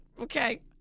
Okay